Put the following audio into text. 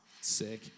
Sick